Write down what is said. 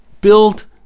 Build